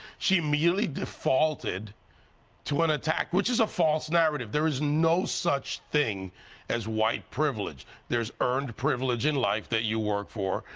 she immediately defaulted to an attack, which is a false narrative. there is no such thing as white privilege. there is earned privilege in life that you work for.